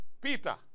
Peter